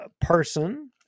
person